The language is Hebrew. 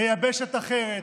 ביבשת אחרת,